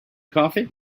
coffee